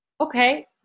Okay